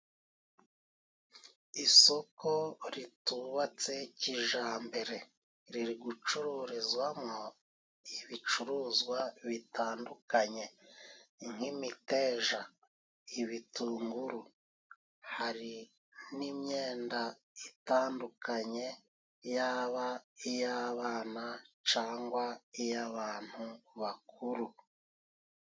Isoko ritubatse kijambere riri gucururizwamo ibicuruzwa bitandukanye nk'imiteja, ibitunguru, hari n'imyenda itandukanye yaba iy'abana cangwa iy'abantu bakuru.